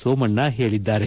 ಸೋಮಣ್ಣ ಹೇಳಿದ್ದಾರೆ